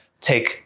take